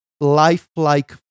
lifelike